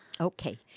Okay